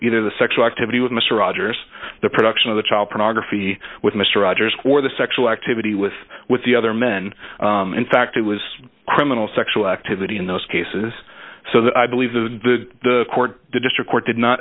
know the sexual activity with mr rogers the production of the child pornography with mr rogers or the sexual activity with with the other men in fact it was criminal sexual activity in those cases so that i believe the court the district court did not